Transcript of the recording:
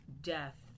death